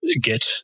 get